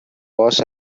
was